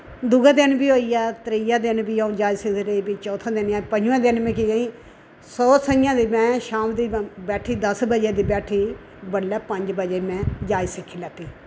दुए दिन बी होईया त्रिए दिन बी अ'ऊं जांच सिखदी रेई फ्ही चौथा दिन पंजमा दिन मिगी सौ सईयां दी में शाम बैठी दस बजे दी बैठी पंज बजे में जांच सीखी लैती